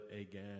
again